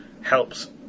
helps